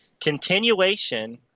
continuation